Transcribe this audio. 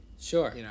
Sure